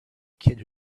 kid